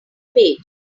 page